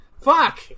Fuck